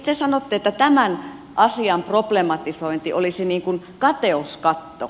te sanotte että tämän asian problematisointi olisi niin kuin kateuskatto